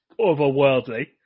overworldly